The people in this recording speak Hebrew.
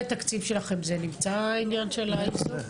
התקציב שלכם זה נמצא העניין של האיזוק?